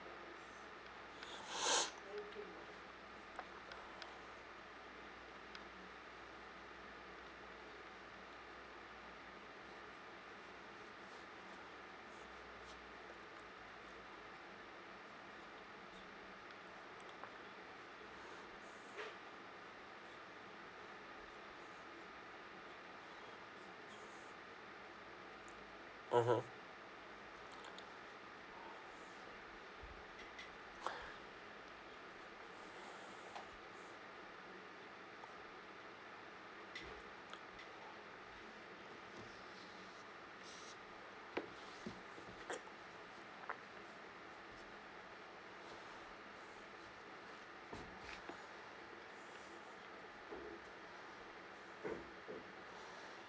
mmhmm